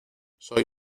soy